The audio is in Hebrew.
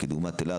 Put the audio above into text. כדוגמת אילת,